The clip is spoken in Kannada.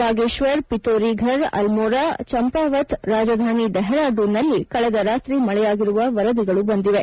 ಬಾಗೇಶ್ವರ್ ಪಿತೋರ್ ಫರ್ ಅಲ್ಟೋರಾ ಚಾಂಪಾವತ್ ರಾಜಧಾನಿ ಡೆಹರಾಡೂನ್ ನಲ್ಲಿ ಕಳೆದ ರಾತ್ರಿ ಮಳೆಯಾಗಿರುವ ವರದಿಗಳು ಬಂದಿವೆ